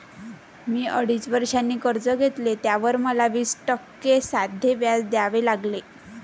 मी अडीच वर्षांसाठी कर्ज घेतले, त्यावर मला वीस टक्के साधे व्याज द्यावे लागले